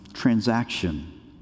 transaction